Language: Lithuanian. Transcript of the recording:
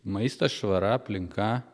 maistas švara aplinka